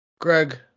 Greg